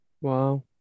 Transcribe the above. Wow